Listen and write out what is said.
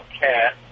cat